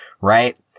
right